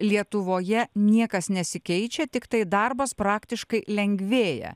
lietuvoje niekas nesikeičia tiktai darbas praktiškai lengvėja